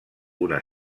una